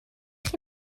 chi